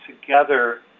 together